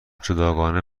جداگانه